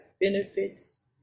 benefits